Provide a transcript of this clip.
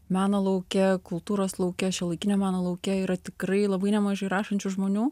meno lauke kultūros lauke šiuolaikinio meno lauke yra tikrai labai nemažai rašančių žmonių